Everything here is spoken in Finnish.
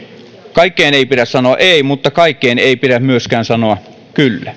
kaikkeen ei pidä sanoa ei mutta kaikkeen ei pidä myöskään sanoa kyllä